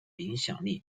影响力